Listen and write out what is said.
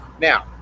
Now